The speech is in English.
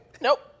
Nope